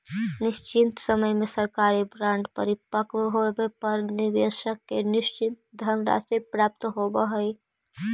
निश्चित समय में सरकारी बॉन्ड परिपक्व होवे पर निवेशक के निश्चित धनराशि प्राप्त होवऽ हइ